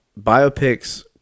biopics